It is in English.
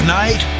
night